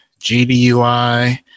gdui